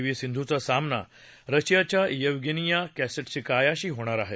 V सिंधूचा सामना रशियाच्या येवगेनीया कोसेट्सकायाशी होणार आहे